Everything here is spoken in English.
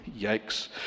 Yikes